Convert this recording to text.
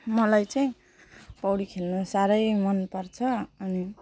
मलाई चाहिँ पौडी खेल्नु साह्रै मनपर्छ अनि